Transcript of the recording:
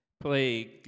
play